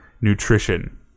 nutrition